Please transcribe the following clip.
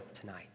tonight